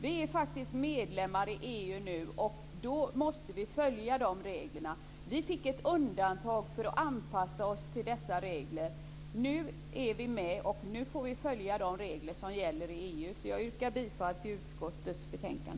Vi är faktiskt medlem i EU, och då måste vi följa reglerna. Vi fick ett undantag för att anpassa oss till dessa regler. Nu är vi med och får följa de regler som gäller i EU. Jag yrkar bifall till utskottets hemställan.